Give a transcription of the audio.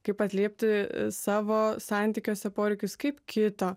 kaip atliepti savo santykiuose poreikius kaip kito